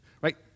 right